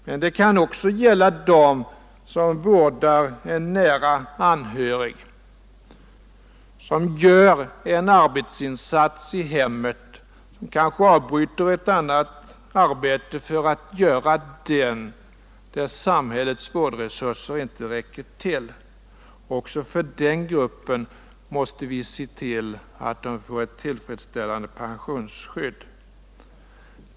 Men det kan också gälla dem som vårdar en nära anhörig, som gör en arbetsinsats i hemmet och som kanske avbryter ett annat arbete för att göra denna insats, därför att samhällets vårdresurser inte räcker till. Också för den gruppen måste vi se till att det skapas tillfredsställande pensionsskydd.